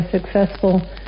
successful